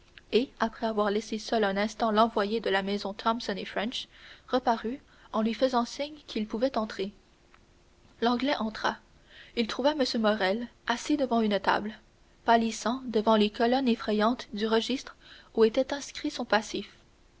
et après avoir laissé seul un instant l'envoyé de la maison thomson et french reparut en lui faisant signe qu'il pouvait entrer l'anglais entra il trouva m morrel assis devant une table pâlissant devant les colonnes effrayantes du registre où était inscrit son passif